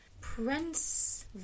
Prince